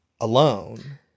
alone